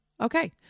Okay